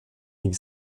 ligne